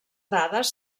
dades